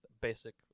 basic